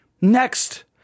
Next